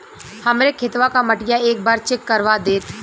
हमरे खेतवा क मटीया एक बार चेक करवा देत?